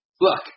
Look